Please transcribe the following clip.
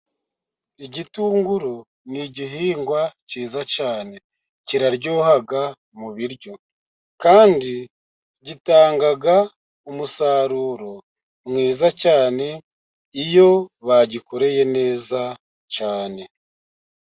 Igitunguru ni igihingwa cyiza cyane. Kiraryoha mu biryo. Kandi gitangaga umusaruro mwiza cyane, iyo bagikoreye neza cyane.